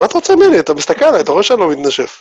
מה אתה רוצה ממני? אתה מסתכל עליי, אתה רואה שאני לא מתנשף?